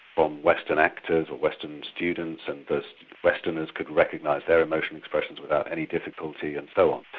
um western actors or western students and those westerners could recognise their emotional expressions without any difficulty and so on.